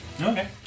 Okay